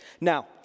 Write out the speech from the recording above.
Now